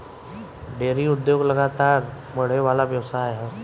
dairy उद्योग लगातार बड़ेवाला व्यवसाय ह